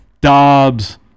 Dobbs